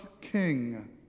king